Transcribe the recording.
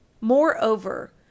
moreover